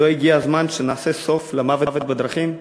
לא הגיע הזמן שנעשה סוף למוות בדרכים?